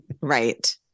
Right